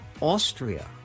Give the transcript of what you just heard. Austria